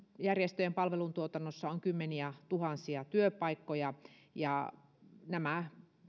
järjestöjen palveluntuotannossa on kymmeniätuhansia työpaikkoja nämä